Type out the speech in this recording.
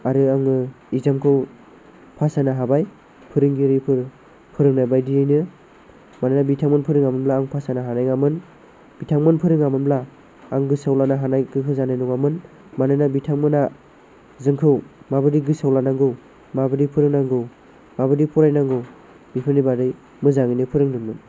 आरो आङो एग्जाम खौ पास जानो हाबाय फोरोंगिरिफोर फोरोंनाय बायदियैनो मानोना बिथांमोन फोरोङामोनब्ला आं पास जानो हानाय नङामोन बिथांमोन फोरोङामोनब्ला आं गोसोआव लानो गोहो जानाय नङामोन मानोना बिथांमोनहा जोंखौ माबादि गोसोआव लाखिनांगौ माबादि फोरोंनांगौ माबादि फरायनांगौ बेफोरनि बागै मोजाङैनो फोरोंदोंमोन